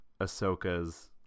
Ahsoka's